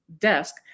desk